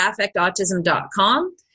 affectautism.com